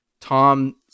Tom